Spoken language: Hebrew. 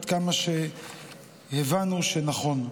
עד כמה שהבנו שנכון.